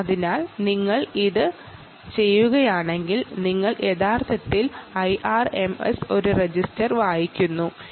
അതിനാൽ നിങ്ങൾ ഇത് ഇങ്ങനെ ചെയ്യുകയാണെങ്കിൽ നിങ്ങൾ യഥാർത്ഥത്തിൽ IRMSA രജിസ്റ്റർ റീഡ് ചെയ്യുകയാണ്